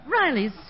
Riley's